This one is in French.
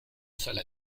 seule